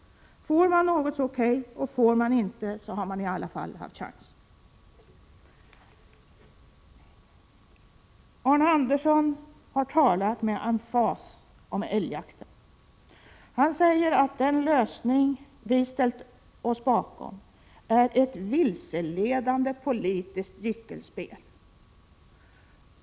Får man en älg är det okej. Får man ingen älg har man i alla fall haft chansen. Arne Andersson har talat med emfas om älgjakten. Han säger att den lösning som vi har ställt oss bakom är ett vilseledande politiskt gyckelspel.